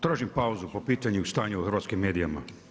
Tražim pauzu po pitanju stanja u hrvatskim medijima.